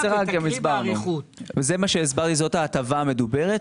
זאת ההטבה המדוברת.